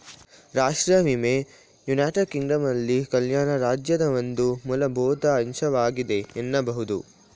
ರಾಷ್ಟ್ರೀಯ ವಿಮೆ ಯುನೈಟೆಡ್ ಕಿಂಗ್ಡಮ್ನಲ್ಲಿ ಕಲ್ಯಾಣ ರಾಜ್ಯದ ಒಂದು ಮೂಲಭೂತ ಅಂಶವಾಗಿದೆ ಎನ್ನಬಹುದು